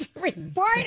report